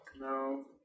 No